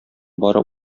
бары